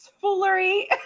foolery